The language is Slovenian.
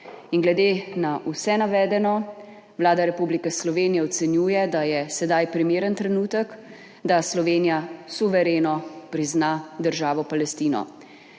Glede na vse navedeno Vlada Republike Slovenije ocenjuje, da je sedaj primeren trenutek, da Slovenija suvereno prizna državo Palestino.